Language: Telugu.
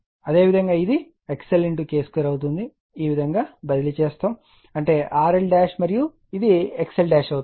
అదేవిధంగా ఇది XL K2 అవుతుంది ఈ విధం గా బదిలీ చేసాము అంటే RL మరియు అది XL అవుతుంది